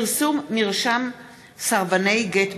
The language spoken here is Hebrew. (פרסום מרשם סרבני גט באינטרנט),